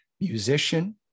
musician